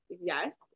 yes